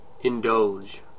Indulge